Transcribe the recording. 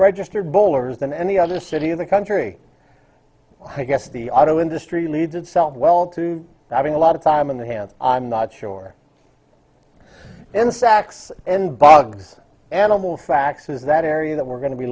registered bowlers than any other city in the country i guess the auto industry leads itself well to i mean a lot of time in the hands i'm not sure in facts and bogs animal facts is that area that we're going to be